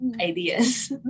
ideas